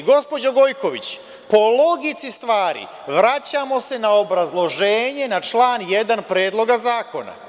Gospođo Gojković, po logici stvari, vraćamo se na obrazloženje na član 1. Predloga zakona.